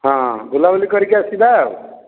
ହଁ ବୁଲାବୁଲି କରିକି ଆସିବା ଆଉ